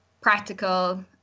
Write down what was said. practical